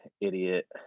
idiot